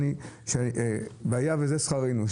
וזה יהא שכרנו,